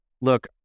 Look